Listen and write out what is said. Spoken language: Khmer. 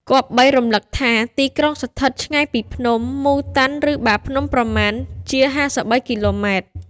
គប្បីរំលឹកថា ទីក្រុងស្ថិតឆ្ងាយពីភ្នំ ម៉ូ តាន់ ឬ បាភ្នំ ប្រមាណជា ៥៣ គីឡូម៉ែត្រ ។